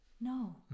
No